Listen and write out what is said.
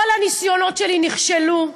כל הניסיונות שלי נכשלו.